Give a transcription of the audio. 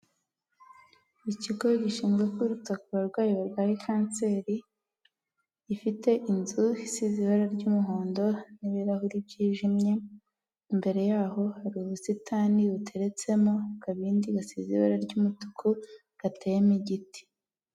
Ikigo gishinzwe kwita ku barwayi barwaye kanseri, ifite inzu isize ibara ry'umuhondo n'ibirahuri byijimye, imbere yaho hari ubusitani buteretsemo akabindi gasize ibara ry'umutuku gateyemo igiti.